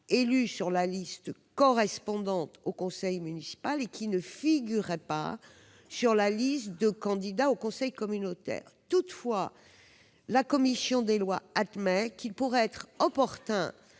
élu sur la liste correspondante au conseil municipal et qui ne figurait pas sur la liste des candidats au conseil communautaire. Toutefois, la commission des lois admet qu'il pourrait être opportun